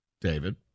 David